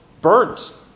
burnt